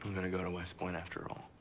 going to go to west point after all.